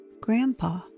Grandpa